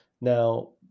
Now